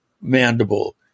mandible